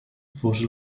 fos